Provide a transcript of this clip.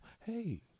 hey